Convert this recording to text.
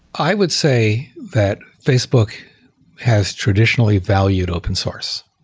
i would say that facebook has traditionally valued open-source.